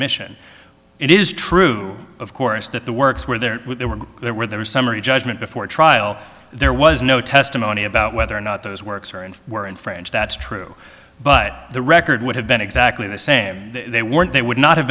admission it is true of course that the works where there were there were there was summary judgment before trial there was no testimony about whether or not those works were and were in french that's true but the record would have been exactly the same they weren't they would not have